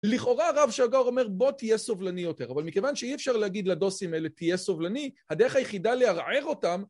לכאורה הרב שג"ר אומר בוא תהיה סובלני יותר, אבל מכיוון שאי אפשר להגיד לדוסים האלה תהיה סובלני, הדרך היחידה לערער אותם...